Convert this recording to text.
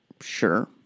Sure